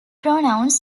pronouns